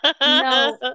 No